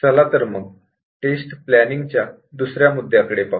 चला तर मग टेस्ट प्लॅनिंग या दुसऱ्या मुद्द्याकडे जाऊ